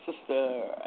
Sister